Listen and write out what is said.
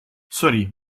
sorry